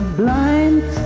blind